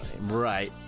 Right